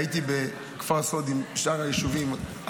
הייתי בכפר סאלד עם שאר היישובים,